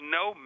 no